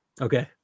Okay